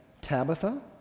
Tabitha